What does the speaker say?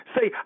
Say